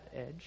edge